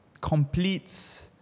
completes